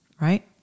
Right